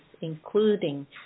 including